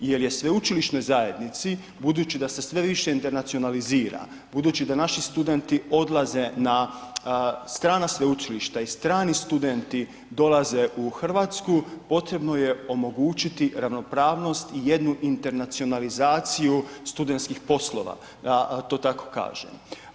Jer je sveučilišnoj zajednici budu da se sve više internacionalizira, budući da naši studenti odlaze na strana sveučilišta i strani studenti dolaze u Hrvatsku potrebno je omogućiti ravnopravnost i jednu internacionalizaciju studentskih poslova, da to tako kažem.